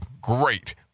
great